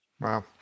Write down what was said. Wow